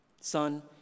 Son